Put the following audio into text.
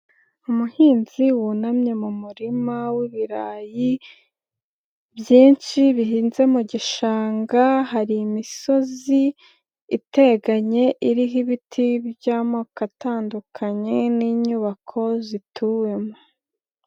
Umuhinzi wunamye mu murima w'ibirayi byinshi bihinze mu gishanga, hari imisozi iteganye iriho ibiti by'amoko atandukanye n'inyubako zituwemo.